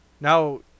Now